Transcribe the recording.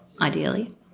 ideally